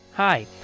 Hi